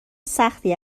سختی